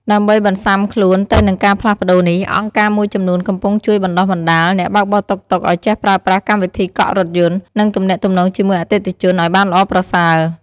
ដើម្បីបន្សាំខ្លួនទៅនឹងការផ្លាស់ប្ដូរនេះ អង្គការមួយចំនួនកំពុងជួយ បណ្ដុះបណ្ដាល អ្នកបើកបរតុកតុកឱ្យចេះប្រើប្រាស់កម្មវិធីកក់រថយន្ត និងទំនាក់ទំនងជាមួយអតិថិជនឱ្យបានល្អប្រសើរ។